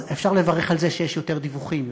אז אפשר לברך על זה שיש יותר דיווחים,